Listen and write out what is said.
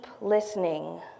listening